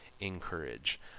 encourage